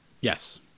Yes